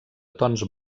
tons